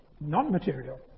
non-material